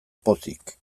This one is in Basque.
pozik